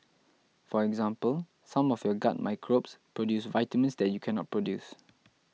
for example some of your gut microbes produce vitamins that you cannot produce